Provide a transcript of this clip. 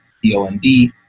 P-O-N-D